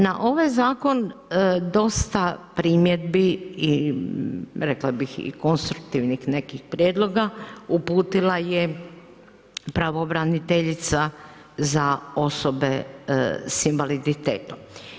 Na ovaj zakon dosta primjedbi i rekla bih i konstruktivnih nekih prijedloga, uputila je pravobraniteljica za osobe s invaliditetom.